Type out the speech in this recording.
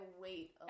wait